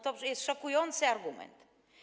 To jest szokujący argument.